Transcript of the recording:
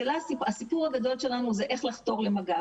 הסיפור הגדול שלנו זה איך לחתור למגע,